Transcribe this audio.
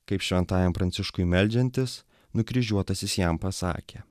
kaip šventajam pranciškui meldžiantis nukryžiuotasis jam pasakė